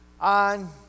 on